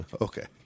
Okay